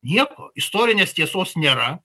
nieko istorinės tiesos nėra